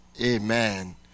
Amen